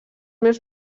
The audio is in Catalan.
més